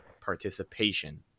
participation